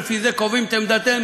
ולפי זה קובעים את עמדתנו.